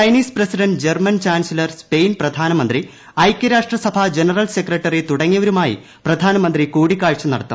Chinese president German chancellor Spain പ്രധാനമന്ത്രി ഐക്യരാഷ്ട്രസഭ general secretary തുടങ്ങിയവരുമായി പ്രധാനമന്ത്രി കൂടിക്കാഴ്ച നടത്തി